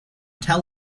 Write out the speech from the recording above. tell